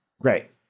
Great